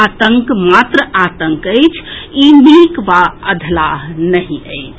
आतंक मात्र आतंक अछि ई नीक वा अधलाह नहि अछि